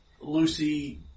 Lucy